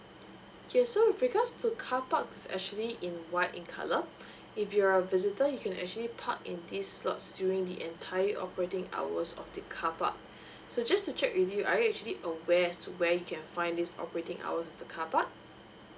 okay so with regards to carparks actually in white in colour if you're a visitor you can actually park in this lots during the entire operating hours of the carpark so just to check with you are you actually aware as to where you can find this operating hours of the carpark